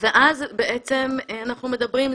ואז בעצם אנחנו מדברים,